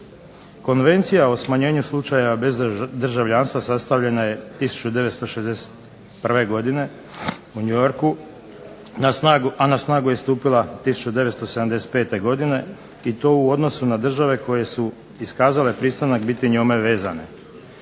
Konvencija o smanjenju slučajeva bezdržavljanstva sastavljena je 1961. godine u New Yorku, a na snagu je stupila 1975. godine i to u odnosu na države koje su iskazale pristanak biti njome vezane.